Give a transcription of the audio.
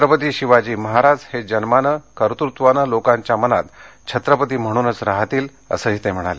छत्रपती शिवाजी महाराज हे जन्मानं कर्तुत्वानं लोकांच्या मनात छत्रपती म्हणूनच राहतील असंही ते म्हणाले